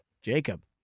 Jacob